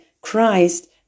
Christ